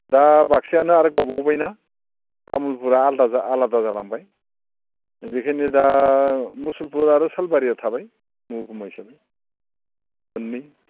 दा बाक्सायानो आरो गावबावबाय ना तामुलपुरा आलादा आलादा जालांबाय बेनिखायनो दा मुसलपुर आरो सालबारिआ थाबाय महकुमा हिसाबै मोन्नै